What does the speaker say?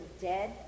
dead